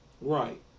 Right